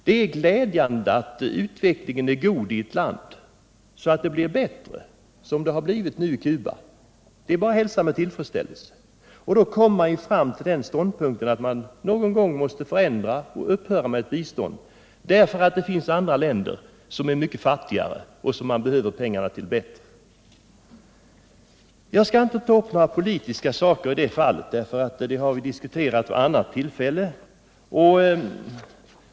Det är glädjande att utvecklingen är god, som den har blivit i Cuba. Det är bara att hälsa med tillfredsställelse. Då kommer man fram till den ståndpunkten att man någon gång måste upphöra med ett bistånd därför att andra länder är fattigare och behöver pengarna bättre. Jag skall inte ta upp några politiska synpunkter i det fallet — det har vi diskuterat vid ett annat tillfälle.